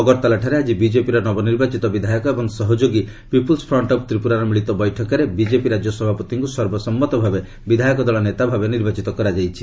ଅଗରତାଲାଠାରେ ଆଜି ବିଜେପିର ନବନିର୍ବାଚିତ ବିଧାୟକ ଏବଂ ସହଯୋଗୀ ପୁପୁଲ୍ ଫ୍ରଣ୍ଟ ଅଫ୍ ତ୍ରିପୁରାର ମିଳିତ ବୈଠକରେ ବିଜେପି ରାଜ୍ୟ ସଭାପତିଙ୍କୁ ସର୍ବସମ୍ମତ ଭାବେ ବିଧାୟକ ଦଳ ନେତାଭାବେ ନିର୍ବାଚିତ କରାଯାଇଛି